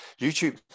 YouTube